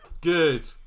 good